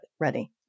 ready